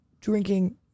drinking